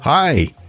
hi